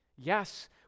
Yes